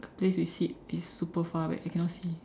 the place we sit it's super far back I cannot see